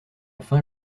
fin